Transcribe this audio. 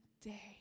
day